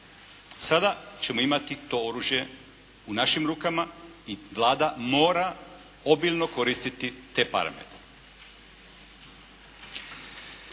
Sada ćemo imati to oružje u našim rukama i Vlada mora obilno koristiti te parametre.